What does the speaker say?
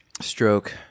stroke